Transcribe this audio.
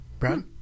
brad